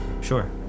Sure